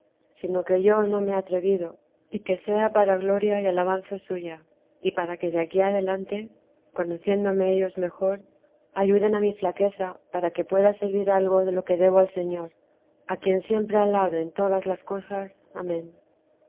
sino que yo no me he atrevido y que sea para gloria y alabanza suya y para que de aquí adelante conociéndome ellos mejor ayuden a mi flaqueza para que pueda servir algo de lo que debo al señor a quien siempre alaben todas las cosas amén